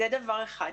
זה דבר אחד.